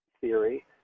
theory